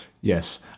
Yes